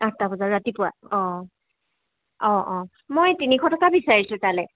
আঠটা বজাত ৰাতিপুৱা অ অ অ মই তিনিশ টকা বিচাৰিছোঁ তালৈ